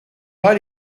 pas